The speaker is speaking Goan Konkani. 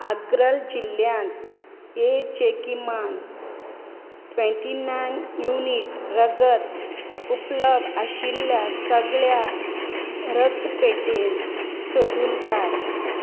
आग्रल जिल्ल्यांत एचेकीमान ट्वेंटी नायन युनीट रगत उपलब्ध आशिल्ल्या सगळ्यो रक्तपेटी सोदून काड